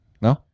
No